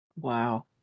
Wow